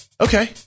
Okay